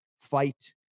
fight